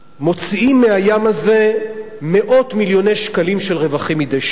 מוציאים מהים הזה מאות מיליוני שקלים של רווחים מדי שנה,